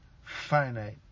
finite